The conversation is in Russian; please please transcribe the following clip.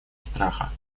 страха